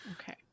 Okay